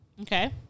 Okay